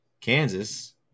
Kansas